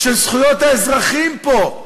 של זכויות האזרחים פה.